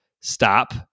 stop